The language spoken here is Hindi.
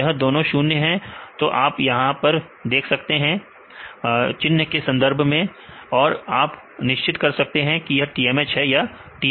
तो यह दोनों शून्य है तो यह आप देख सकते हैं चेन्नई के संदर्भ में और आप निश्चित कर सकते हैं कि यह TMH है या TMS